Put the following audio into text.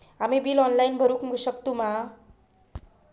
आम्ही bill online भरुक शकतू मा?